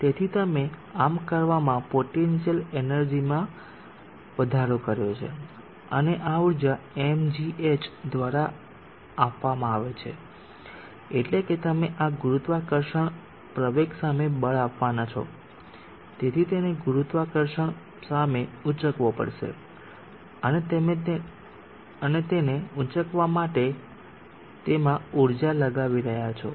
તેથી તમે આમ કરવામાં પોટેન્શીયલ ઊર્જામાં વધારો કર્યો છે અને આ ઊર્જા mgh દ્વારા આપવામાં આવી છે એટલે કે તમે આ ગુરુત્વાકર્ષણ પ્રવેગ સામે બળ આપવાના છો તેથી તેને ગુરુત્વાકર્ષણ સામે ઊચકવો પડશે અને તમે તેને ઊચકવા માટે તેમાં ઊર્જા લગાવી રહ્યા છો